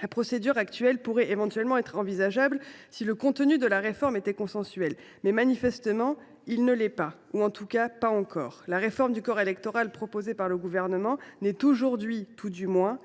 La procédure actuelle pourrait éventuellement être envisageable si le contenu de la réforme était consensuel, mais ce n’est manifestement pas encore le cas. La réforme du corps électoral proposée par le Gouvernement ne peut pas aboutir, tout du moins